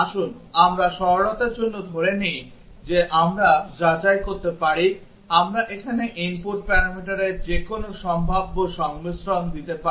আসুন আমরা সরলতার জন্য ধরে নিই যে আমরা যাচাই করতে পারি আমরা এখানে input প্যারামিটারের যেকোন সম্ভাব্য সংমিশ্রণ দিতে পারি